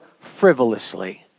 frivolously